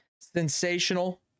sensational